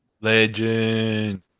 legend